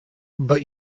but